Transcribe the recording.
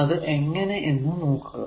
അത് എങ്ങനെ എന്ന് നോക്കുക